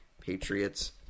Patriots